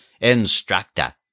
instructor